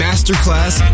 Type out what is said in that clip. Masterclass